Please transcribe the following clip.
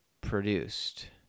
produced